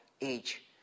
age